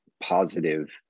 positive